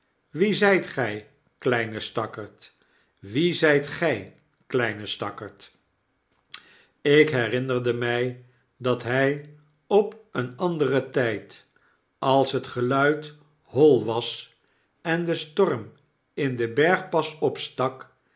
wie zyt gy kleine stakkerd wie zyt gij kleine stakkerd ik herinnerde mij dat hy op een anderen tijd als het geluid hoi was en de storm in den bergpas opstak